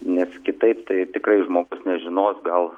nes kitaip tai tikrai žmogus nežinos gal